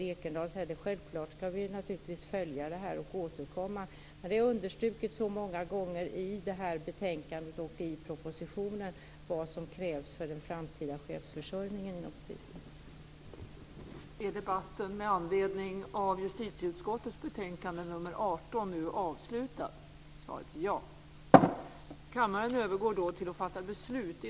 Jag vill också passa på att säga till Maud Ekendahl att vi naturligtvis skall följa den här frågan och återkomma.